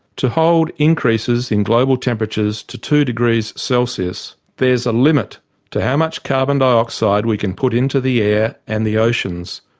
to hold increases in global temperatures to two degrees celsius, there's a limit to how much carbon dioxide we can put into the air and oceans